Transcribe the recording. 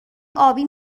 ابی